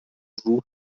روح